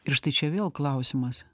ir štai čia vėl klausimas